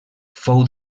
fou